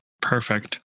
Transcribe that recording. Perfect